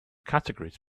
categories